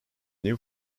new